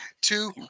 two